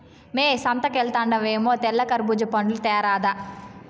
మ్మే సంతకెల్తండావేమో తెల్ల కర్బూజా పండ్లు తేరాదా